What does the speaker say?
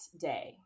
day